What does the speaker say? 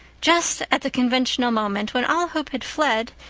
just at the conventional moment, when all hope had fled,